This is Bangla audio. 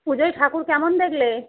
পুজোয় ঠাকুর কেমন দেখলে